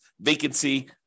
vacancy